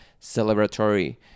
celebratory